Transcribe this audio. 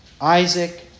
Isaac